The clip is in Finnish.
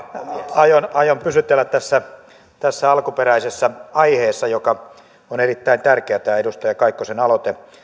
aion aion pysytellä alkuperäisessä aiheessa joka on erittäin tärkeä tämä edustaja kaikkosen aloite